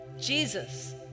Jesus